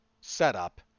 setup